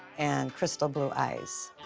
and crystal-blue eyes.